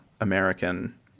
American